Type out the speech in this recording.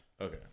Okay